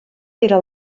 era